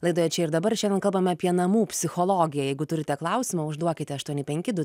laidoje čia ir dabar šiandien kalbame apie namų psichologija jeigu turite klausimą užduokite aštuoni penki du